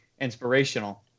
inspirational